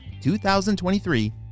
2023